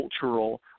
cultural